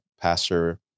pastor